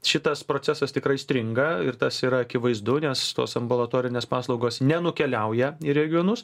šitas procesas tikrai stringa ir tas yra akivaizdu nes tos ambulatorinės paslaugos nenukeliauja į regionus